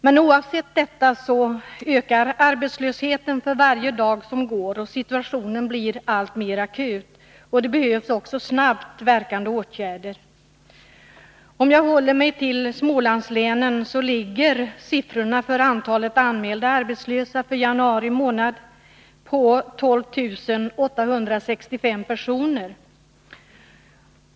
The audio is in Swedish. Men oavsett detta ökar arbetslösheten för varje dag som går, och situationen blir alltmer akut. Det behövs också snabbt verkande åtgärder. Om jag håller mig till Smålandslänen, kan jag redovisa att antalet anmälda arbetslösa i januari månad var 12 865 personer.